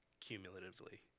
cumulatively